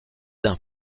d’un